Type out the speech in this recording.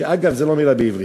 אגב, זו לא מילה בעברית.